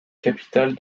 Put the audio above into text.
capitale